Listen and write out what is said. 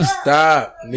stop